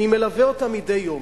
אני מלווה אותם מדי יום,